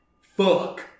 fuck